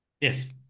yes